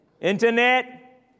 internet